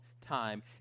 time